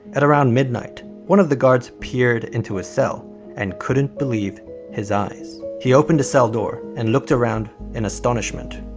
at around midnight one of the guards peered into his cell and couldn't believe his eyes. he opened the cell door and looked around in astonishment,